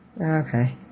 Okay